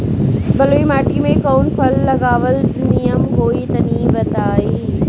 बलुई माटी में कउन फल लगावल निमन होई तनि बताई?